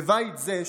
בבית זה,